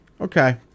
Okay